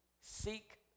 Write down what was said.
seek